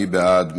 מי בעד?